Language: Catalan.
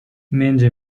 menja